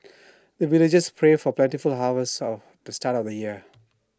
the villagers pray for plentiful harvest of the start of the year